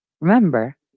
remember